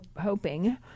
hoping